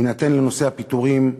יינתן לנושא הפיטורים,